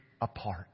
apart